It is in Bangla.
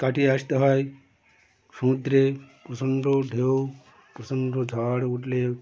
কাটিয়ে আসতে হয় সমুদ্রে প্রচণ্ড ঢেউ প্রচণ্ড ঝড় উঠলে